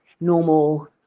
normal